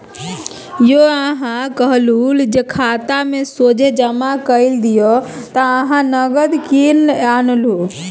यौ अहाँक कहलहु जे खातामे सोझे जमा कए दियौ त अहाँ नगद किएक आनलहुँ